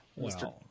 Mr